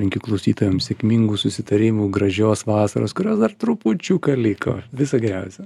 linkiu klausytojams sėkmingų susitarimų gražios vasaros kurios dar trupučiuką liko viso geriausio